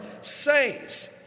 saves